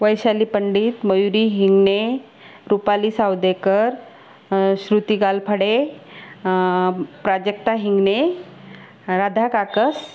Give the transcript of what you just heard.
Vaishali Pandit Mayuri Hingane Rupali Savdekar Shruti Galphade Prajakta Hingane Radha Kakas